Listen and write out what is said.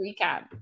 recap